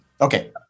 Okay